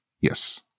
Yes